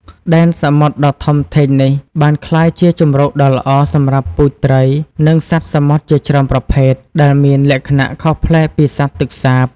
ដែនសមុទ្រដ៏ធំធេងនេះបានក្លាយជាជម្រកដ៏ល្អសម្រាប់ពូជត្រី និងសត្វសមុទ្រជាច្រើនប្រភេទ ដែលមានលក្ខណៈខុសប្លែកពីសត្វទឹកសាប។